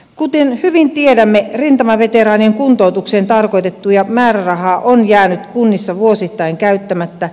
kuten hyvin tiedämme rintamaveteraanien kuntoutukseen tarkoitettua määrärahaa on jäänyt kunnissa vuosittain käyttämättä